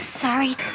sorry